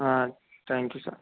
thank you sir